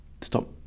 stop